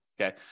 Okay